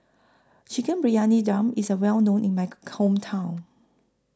Chicken Briyani Dum IS A Well known in My Hometown